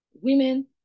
women